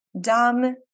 dumb